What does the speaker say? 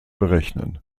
berechnen